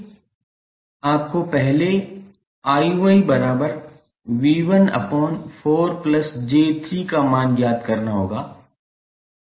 आपको पहले 𝐼𝑌𝑉14𝑗3 का मान ज्ञात करना होगा